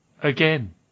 again